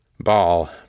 Ball